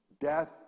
death